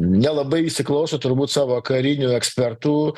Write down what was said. nelabai įsiklauso turbūt savo karinių ekspertų